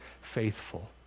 faithful